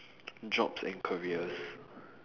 jobs and careers